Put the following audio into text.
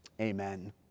amen